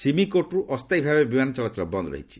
ସୀମିକୋଟରୁ ଅସ୍ଥାୟୀ ଭାବେ ବିମାନ ଚଳାଚଳ ବନ୍ଦ ରହିଛି